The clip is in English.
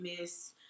miss